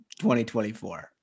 2024